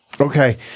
Okay